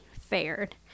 fared